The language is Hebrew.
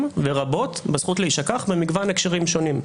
לרבות בזכות להישכח במגוון הקשרים שונים,